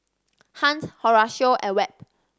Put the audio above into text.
Hunt Horacio and Webb